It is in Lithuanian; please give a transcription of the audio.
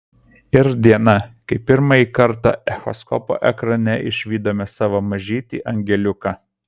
ir diena kai pirmąjį kartą echoskopo ekrane išvydome savo mažytį angeliuką